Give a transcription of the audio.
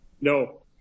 No